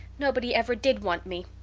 nobody ever did want me.